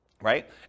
right